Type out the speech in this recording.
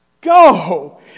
go